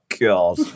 God